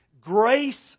grace